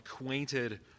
acquainted